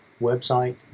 website